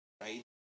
right